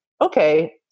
okay